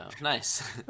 nice